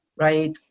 right